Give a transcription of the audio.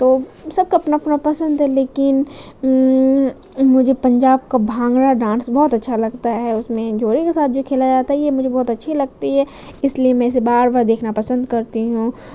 تو سب کا اپنا اپنا پسند ہے لیکن مجھے پنجاب کا بھانگڑا ڈانس بہت اچھا لگتا ہے اس میں جوڑے کے ساتھ جو کھیلا جاتا ہے یہ مجھے بہت اچھی لگتی ہے اس لیے میں اسے بار بار دیکھنا پسند کرتی ہوں